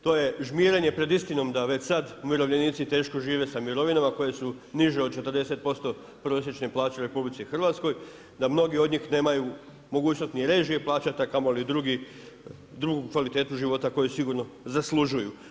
To je žmirenje pred istinom da već sad umirovljenici teško žive sa mirovinama koje su niže od 40% prosječne plaće u RH, da mnogi od njih nemaju mogućnost ni režije plaćat, a kamoli drugu kvalitetu života koju sigurno zaslužuju.